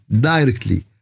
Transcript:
directly